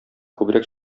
күбрәк